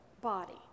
body